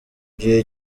gihe